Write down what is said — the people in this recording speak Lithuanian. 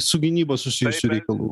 su gynyba susijusių reikalų